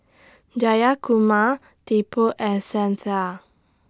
Jayakumar Tipu and Santha